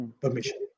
permission